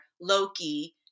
Loki